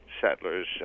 settlers